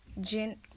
gin